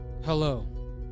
Hello